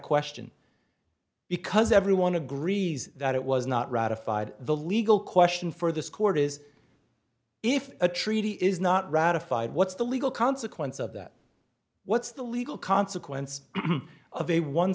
question because everyone agrees that it was not ratified the legal question for this court is if a treaty is not ratified what's the legal consequence of that what's the legal consequence of a one